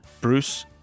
bruce